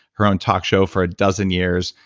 her own talk show for a dozen years,